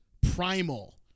primal